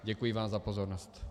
Děkuji vám za pozornost.